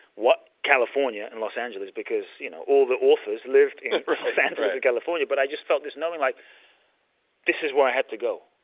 what. california and los angeles because you know all the authors lived in los angeles and california, but i just felt this knowing like this is where i had to go.